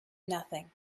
nothing